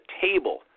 table